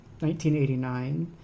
1989